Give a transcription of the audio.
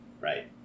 right